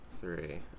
Three